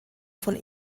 von